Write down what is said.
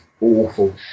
awful